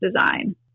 design